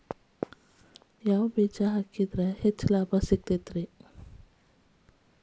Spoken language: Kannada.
ಯಾವ ಬೇಜ ಹಾಕಿದ್ರ ಹೆಚ್ಚ ಲಾಭ ಆಗುತ್ತದೆ?